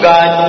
God